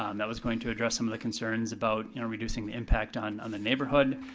um that was going to address some of the concerns about you know reducing the impact on on the neighborhood.